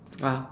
uh